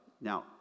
now